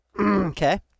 Okay